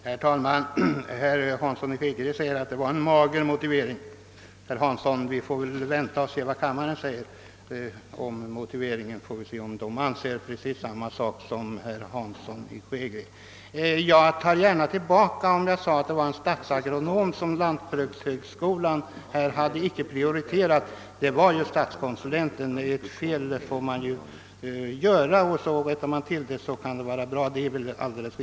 Herr talman! Herr Hansson i Skegrie säger att det var en mager motivering som utskottets talesmän här kom med. Vi får väl vänta och se om kammaren anser detsamma som herr Hansson i Skegrie om motiveringen. Om jag sade att det var en tjänst som statsagronom som lantbrukshögskolan icke hade prioriterat var detta oriktigt, eftersom det var fråga om en tjänst som statskonsulent.